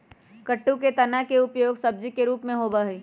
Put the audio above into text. कुट्टू के तना के उपयोग सब्जी के रूप में होबा हई